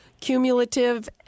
cumulative